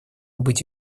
быть